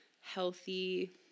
healthy